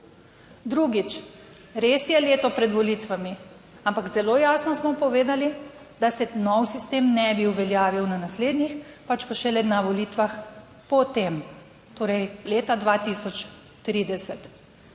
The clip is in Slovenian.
Drugič, res je leto pred volitvami, ampak zelo jasno smo povedali, da se nov sistem ne bi uveljavil na naslednjih, pač pa šele na volitvah po tem, torej leta 2030.